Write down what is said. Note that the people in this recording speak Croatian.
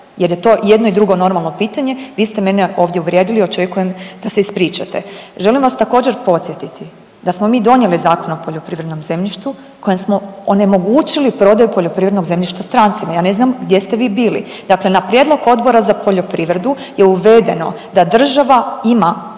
jer je to jedno i drugo normalno pitanje, vi ste mene ovdje uvrijedili, očekujem da se ispričate. Želim vas također podsjetiti da smo mi donijeli Zakon o poljoprivrednom zemljištu kojem smo onemogućili prodaju poljoprivrednog zemljišta strancima, ja ne znam gdje ste vi bili. Dakle, na prijedlog Odbora za poljoprivredu je uvedeno da država ima